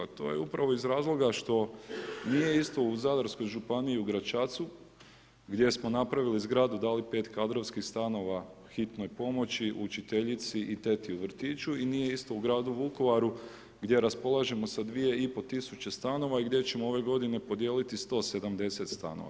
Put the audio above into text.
To je upravo iz razloga što nije isto u Zadarskoj županiji u Gračacu gdje smo napravili zgradu, dali 5 kadrovskih stanova hitnoj pomoći, učiteljici i teti u vrtiću i nije isto u gradu Vukovaru gdje raspolažemo sa 2,5 tisuće stanova i gdje ćemo ove godine podijeliti 170 stanova.